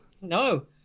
No